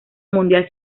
mundial